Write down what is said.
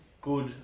good